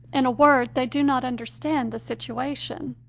in a word, they do not understand the situation.